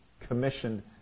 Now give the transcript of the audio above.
commissioned